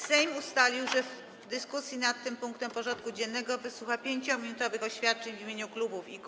Sejm ustalił, że w dyskusji nad tym punktem porządku dziennego wysłucha 5-minutowych oświadczeń w imieniu klubów i kół.